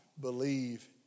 believe